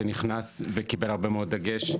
שנכנס וקיבל הרבה מאוד דגש.